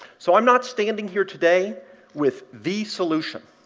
so i'm not standing here today with the solution.